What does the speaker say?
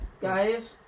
Guys